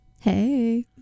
Hey